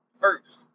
first